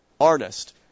artist